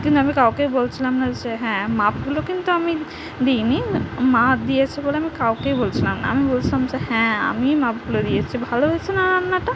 কিন্তু আমি কাওকেই বলছিলাম না যে হ্যাঁ মাপগুলো কিন্তু আমি দিই নি মা দিয়েছে বলে আমি কাওকেই বলছিলাম না আমি বলছিলাম যে হ্যাঁ আমিই মাপগুলো দিয়েছি ভালো হয়েছে না রান্নাটা